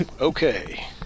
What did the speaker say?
okay